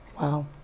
wow